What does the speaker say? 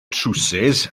trowsus